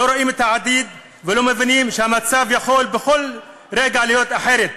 לא רואים את העתיד ולא מבינים שהמצב יכול בכל רגע להיות אחרת,